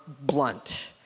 blunt